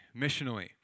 missionally